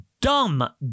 dumb